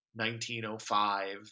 1905